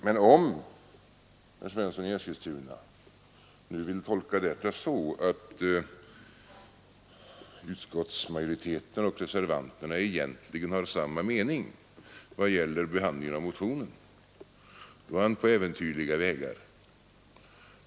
Men om herr Svensson i Eskilstuna nu vill tolka detta så att utskottsmajoriteten och reservanterna egentligen har samma mening vad gäller behandlingen av motionen, är han ute på äventyrliga vägar.